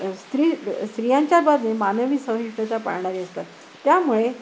स्त्री स्त्रियांच्या बाबतीत मानवी संहिता पाळणारी असतात त्यामुळे